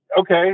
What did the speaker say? okay